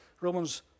Romans